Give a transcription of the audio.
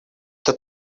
это